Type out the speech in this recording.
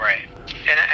Right